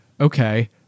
Okay